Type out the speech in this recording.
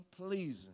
unpleasing